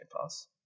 Pass